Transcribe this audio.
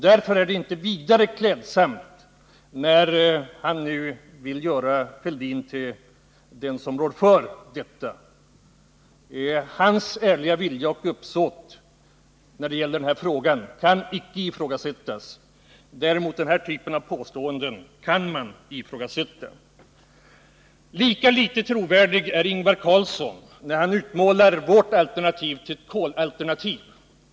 Därför är det inte vidare klädsamt när han nu vill göra Thorbjörn Fälldin ansvarig härför — hans ärliga vilja och uppsåt i denna fråga kan inte ifrågasättas. Däremot kan man ifrågasätta ärligheten i denna typ av påståenden. Lika litet trovärdig är Ingvar Carlsson när han utmålar vårt alternativ som ett kolalternativ.